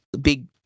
big